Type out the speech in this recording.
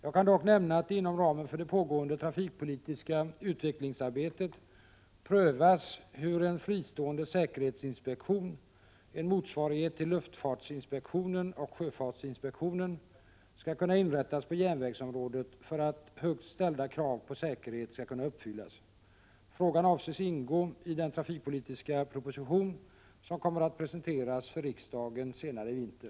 Jag kan dock nämna att det inom ramen för det pågående trafikpolitiska utvecklingsarbetet prövas hur en fristående säkerhetsinspektion — en motsvarighet till luftfartsinspektionen och sjöfartsinspektionen — skall kunna inrättas på järnvägsområdet för att högt ställda krav på säkerhet skall kunna uppfyllas. Frågan avses ingå i den trafikpolitiska proposition som kommer att presenteras för riksdagen senare i vinter.